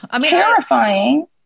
terrifying